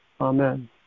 Amen